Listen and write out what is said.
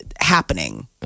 happening